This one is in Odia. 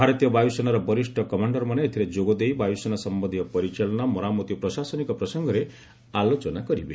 ଭାରତୀୟ ବାୟୁସେନାର ବରିଷ୍ଣ କମାଣ୍ଡରମାନେ ଏଥିରେ ଯୋଗଦେଇ ବାୟୁସେନା ସମ୍ଭନ୍ଧୀୟ ପରିଚାଳନା ମରାମତି ଓ ପ୍ରଶାସନିକ ପ୍ରସଙ୍ଗରେ ଆଲୋଚନା କରିବେ